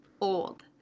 old